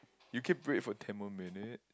you keep break for ten more minutes